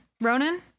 Ronan